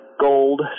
gold